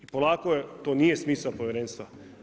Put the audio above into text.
I polako, to nije smisao povjerenstva.